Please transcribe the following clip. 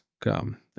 come